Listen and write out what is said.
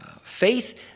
Faith